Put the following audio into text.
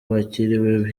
bakiriwe